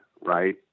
right